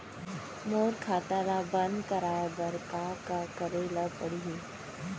मोर खाता ल बन्द कराये बर का का करे ल पड़ही?